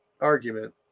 argument